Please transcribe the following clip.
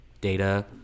data